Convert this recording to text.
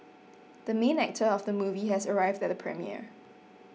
the main actor of the movie has arrived at the premiere